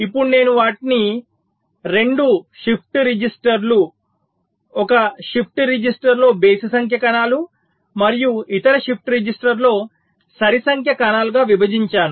ఇప్పుడు నేను వాటిని 2 షిఫ్ట్ రిజిస్టర్లు ఒక షిఫ్ట్ రిజిస్టర్లో బేసి సంఖ్య కణాలు మరియు ఇతర షిఫ్ట్ రిజిస్టర్లో సరి సంఖ్య కణాలు గా విభజించాను